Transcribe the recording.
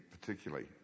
particularly